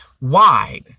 wide